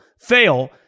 fail